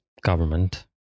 government